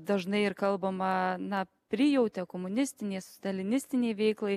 dažnai ir kalbama na prijautė komunistinei stalinistinei veiklai